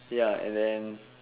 ya and then